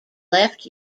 left